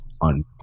on